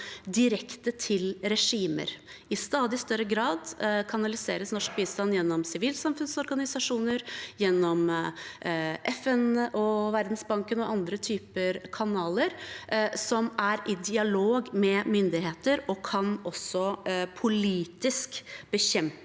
direkte til regimer. I stadig større grad kanaliseres norsk bistand gjennom sivilsamfunnsorganisasjoner, FN, Verdensbanken og andre kanaler som er i dialog med myndigheter, og som også politisk kan bekjempe